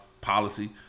policy